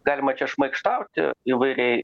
galima čia šmaikštauti įvairiai